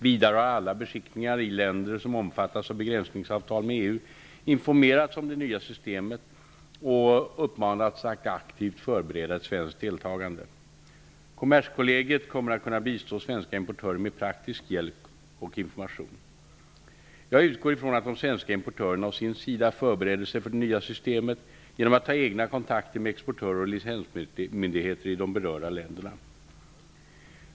Vidare har alla svenska beskickningar i länder som omfattas av begränsningsavtal med EU informerats om det nya systemet och uppmanats att aktivt förbereda ett svenskt deltagande. Kommerskollegium kommer att kunna bistå svenska importörer med praktisk hjälp och information. Jag utgår ifrån att de svenska importörerna å sin sida förbereder sig för det nya systemet genom att ta egna kontakter med exportörer och licensmyndigheter i berörda länder.